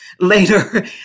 later